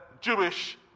Jewish